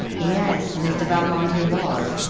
yes, mr. valmond, he was.